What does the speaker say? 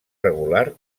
regular